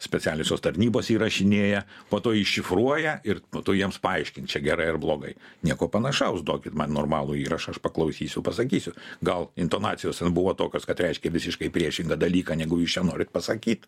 specialiosios tarnybos įrašinėja po to iššifruoja ir po to jiems paaiškint čia gerai ar blogai nieko panašaus duokit man normalų įrašą aš paklausysiu pasakysiu gal intonacijos buvo tokios kad reiškia visiškai priešingą dalyką negu jūs norit pasakyt